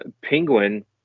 Penguin